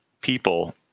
people